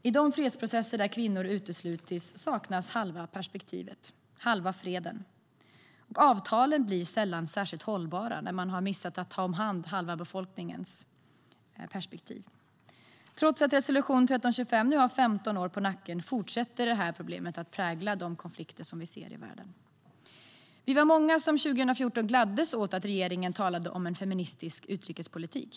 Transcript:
I de fredsprocesser där kvinnor uteslutits saknas halva perspektivet, halva freden. Och avtalen blir sällan särskilt hållbara när man har missat att ta om hand halva befolkningens perspektiv. Trots att resolution 1325 nu har 15 år på nacken fortsätter det här problemet att prägla de konflikter som vi ser i världen. Vi var många som 2014 gladdes åt att regeringen talade om en feministisk utrikespolitik.